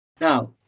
Now